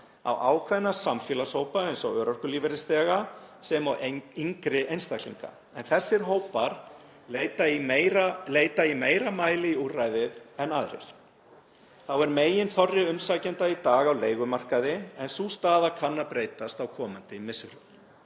á ákveðna samfélagshópa eins og örorkulífeyrisþega sem og yngri einstaklinga, en þessir hópar leita meira í úrræðið en aðrir. Þá er meginþorri umsækjenda í dag á leigumarkaði en sú staða kann að breytast á komandi misserum.